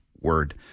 word